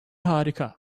harika